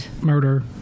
murder